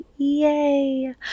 Yay